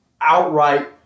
outright